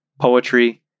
Poetry